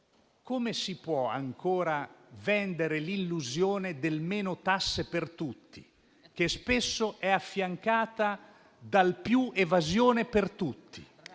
come si può ancora vendere l'illusione del "meno tasse per tutti", che spesso è affiancata dal "più evasione per tutti"?